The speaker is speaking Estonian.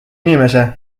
inimese